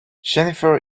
jennifer